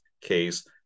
case